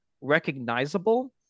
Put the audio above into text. recognizable